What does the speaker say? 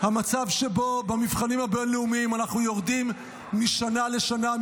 המצב שבו במבחנים הבין-לאומיים אנחנו יורדים משנה לשנה,